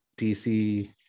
DC